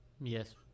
Yes